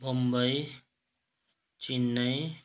Bombay Chennai